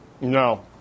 No